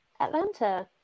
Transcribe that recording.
Atlanta